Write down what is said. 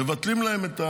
מבטלים להם,